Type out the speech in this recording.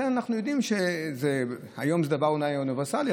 היום זה אולי דבר אוניברסלי,